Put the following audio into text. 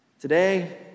Today